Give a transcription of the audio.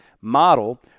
model